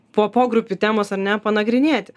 po pogrupių temos ar ne panagrinėti